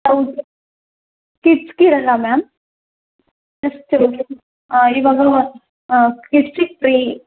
ತೌಸ್ ಅಲ್ಲ ma'am fifth ಇವಾಗ ಹಾಂ